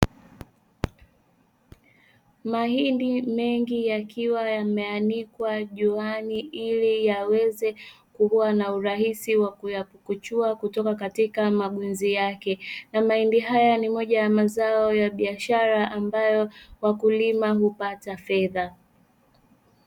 Mahindi mengi yakiwa yameanikwa juani, ili yaweze kuwa na urahisi wa kuyapukuchua kuktoka katika magunzi yake. Mahindi hayo ni moja ya mazao ya biashara ambayo wakulima hupata fedha.